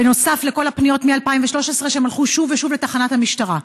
בנוסף לכל הפניות מ-2013 שהם הלכו שוב ושוב לתחנת המשטרה,